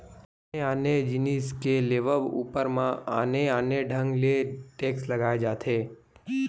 आने आने जिनिस के लेवब ऊपर म आने आने ढंग ले टेक्स लगाए जाथे